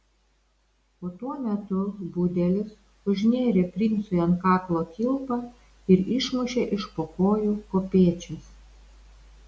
o tuo metu budelis užnėrė princui ant kaklo kilpą ir išmušė iš po kojų kopėčias